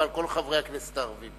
ועל כל חברי הכנסת הערבים.